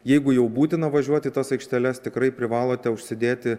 jeigu jau būtina važiuoti į tas aikšteles tikrai privalote užsidėti